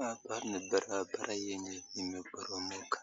Hapa ni barabara yenye imeboromoka